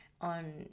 on